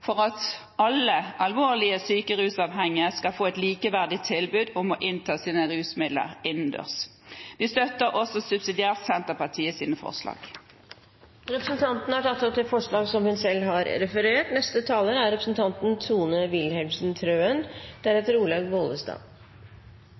for at alle alvorlig syke rusavhengige skal få et likeverdig tilbud om å innta sine rusmidler innendørs. Vi støtter også subsidiært Senterpartiets forslag. Representanten Ruth Grung har tatt opp det forslaget hun refererte til. Etter at sprøyteromsforskriften ble vedtatt i 2004, har